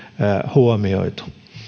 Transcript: huomioitu